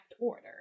order